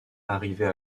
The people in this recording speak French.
arrivait